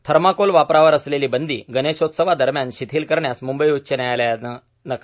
thermocol वापरावर असलेली बंदी गणेशोत्सवादरम्यान शिथील करण्यास मुंबई उच्च न्यायालयानं नकार